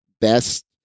best